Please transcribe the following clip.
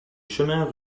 chemins